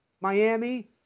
Miami